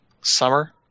summer